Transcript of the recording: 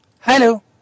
hello